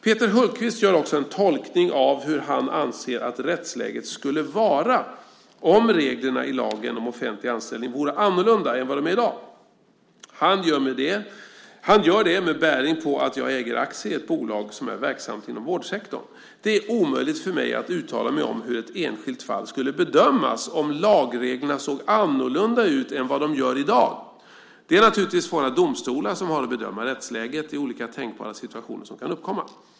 Peter Hultqvist gör också en tolkning av hur han anser att rättsläget skulle vara om reglerna i lagen om offentlig anställning vore annorlunda än vad de är i dag. Han gör det med bäring på att jag äger aktier i ett bolag som är verksamt inom vårdsektorn. Det är omöjligt för mig att uttala mig om hur ett enskilt fall skulle bedömas om lagreglerna såg annorlunda ut än vad de gör i dag. Det är naturligtvis våra domstolar som har att bedöma rättsläget i olika tänkbara situationer som kan uppkomma.